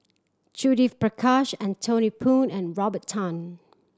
Judith Prakash Anthony Poon and Robert Tan